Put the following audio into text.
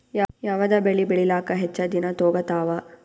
ಯಾವದ ಬೆಳಿ ಬೇಳಿಲಾಕ ಹೆಚ್ಚ ದಿನಾ ತೋಗತ್ತಾವ?